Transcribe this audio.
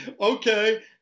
okay